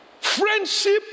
Friendship